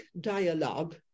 dialogue